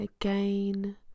Again